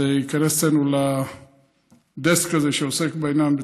זה ייכנס אצלנו לדסק הזה שעוסק בעניין,